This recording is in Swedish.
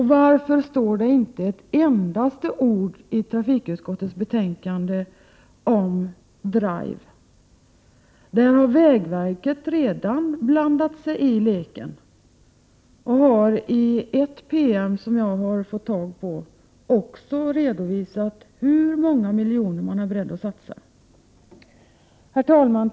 Varför står det inte ett enda ord i trafikutskottets betänkande om DRIVE? Där har vägverket redan blandat sig i leken och i en PM som jag har fått tag på också redovisat hur många miljoner man är beredd att satsa. Herr talman!